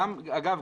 אגב,